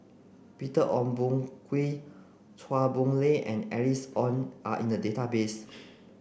Peter Ong Boon Kwee Chua Boon Lay and Alice Ong are in the database